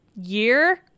year